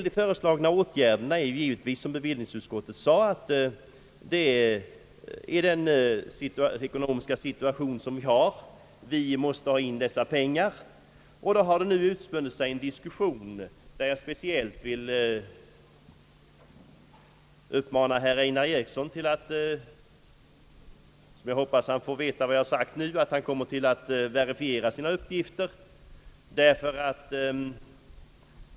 derna är givetvis, som bevillningsutskottet sade, att vi i den nuvarande ekonomiska situationen måste ha in dessa pengar. Då har det utspunnit sig en diskussion, där jag speciellt vill uppmana herr Einar Eriksson — jag hoppas att han får veta vad jag har sagt nu — att verifiera sina uppgifter.